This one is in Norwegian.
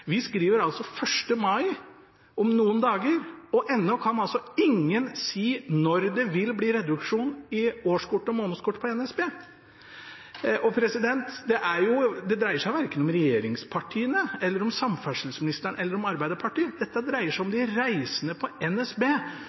Vi skriver altså 1. mai om noen dager, og ennå kan altså ingen si når det vil bli reduksjon i prisen på årskort og månedskort hos NSB. Det dreier seg verken om regjeringspartiene, om samferdselsministeren eller om Arbeiderpartiet, dette dreier seg om de reisende på NSB